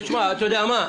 אתה יודע מה?